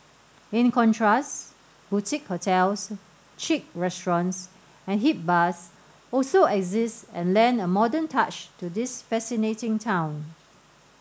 in contrast boutique hotels chic restaurants and hip bars also exist and lend a modern touch to this fascinating town